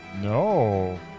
No